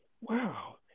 wow